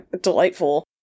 delightful